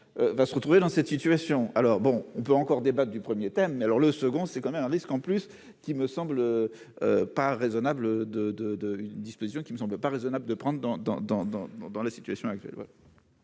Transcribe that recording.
va se retrouver dans cette situation, alors bon, on peut encore débattent du 1er thème alors le second, c'est quand même un risque en plus qui me semble pas raisonnable de, de, de, une disposition qui me semble pas raisonnable de prendre, dans, dans, dans,